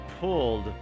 pulled